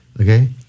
Okay